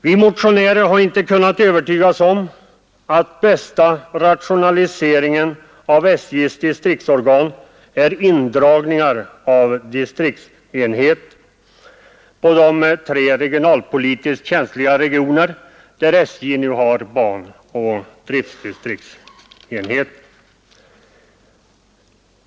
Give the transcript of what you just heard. Vi motionärer har inte kunnat övertygas om att bästa rationaliseringen av SJ:s distriktsorganisation är indragningar av expeditionsenheter i de tre regionalpolitiskt känsliga regioner där SJ nu har banoch driftdistriktsenheter.